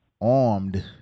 armed